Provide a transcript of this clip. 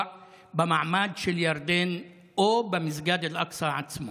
במעמד של ירדן או במסגד אל-אקצא עצמו.